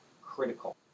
critical